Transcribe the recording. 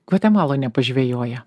gvatemaloj nepažvejoję